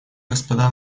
господа